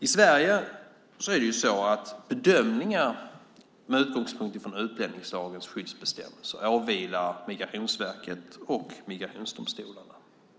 I Sverige är det så att bedömningar med utgångspunkt i utlänningslagens skyddsbestämmelser åvilar Migrationsverket och migrationsdomstolarna.